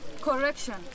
Correction